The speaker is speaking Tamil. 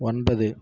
ஒன்பது